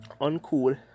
uncool